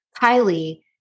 Kylie